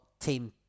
team